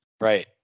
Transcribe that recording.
right